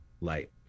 light